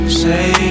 say